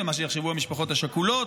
ומה שיחשבו המשפחות השכולות,